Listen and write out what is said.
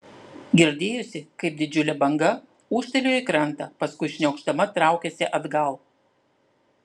girdėjosi kaip didžiulė banga ūžtelėjo į krantą paskui šniokšdama traukėsi atgal